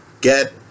get